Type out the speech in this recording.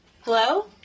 Hello